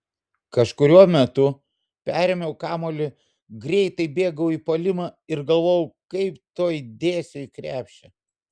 kažkuriuo metu perėmiau kamuolį greitai bėgau į puolimą ir galvojau kaip tuoj dėsiu į krepšį